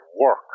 work